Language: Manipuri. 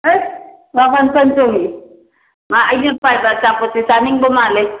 ꯑꯁ ꯃꯥ ꯐꯟ ꯐꯟ ꯆꯣꯡꯉꯦ ꯃꯥ ꯑꯩꯅ ꯄꯥꯏꯕ ꯑꯆꯥꯄꯣꯠꯁꯦ ꯆꯥꯅꯤꯡꯕ ꯃꯥꯜꯂꯦ